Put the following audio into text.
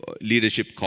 leadership